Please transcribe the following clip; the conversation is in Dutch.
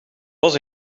was